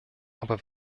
aber